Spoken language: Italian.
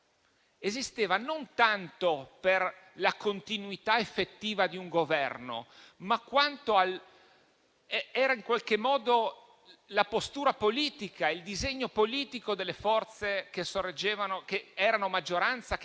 esisteva non tanto per la continuità effettiva di un Governo, ma erano in qualche modo la postura politica e il disegno politico delle forze che erano maggioranza che consentivano